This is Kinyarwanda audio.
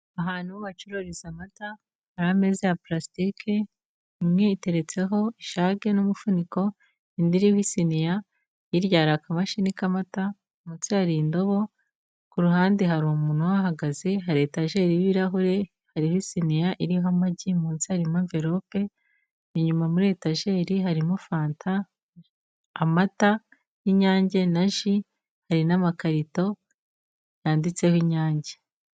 Ahantu bacururiza amata, hari ameza ya pulasitike, imwe iteretseho ijage n'umufuniko, indi iriho isiniya, hirya hari akamashini k'amata, munsi hari indobo, ku ruhande hari umuntu uhahagaze, hari etajeri y'ibirahure, hariho isiniya iriho amagi, munsi harimo amvelope, inyuma muri etajeri harimo fanta, amata y'inyange na ji, hari n'amakarito yanditseho inyange.